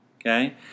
okay